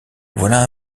voilà